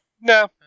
No